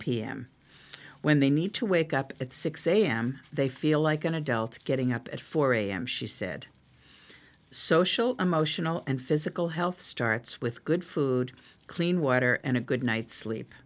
pm when they need to wake up at six am they feel like an adult getting up at four am she said social emotional and physical health starts with good food clean water and a good night's sleep